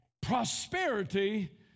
prosperity